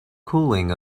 cooling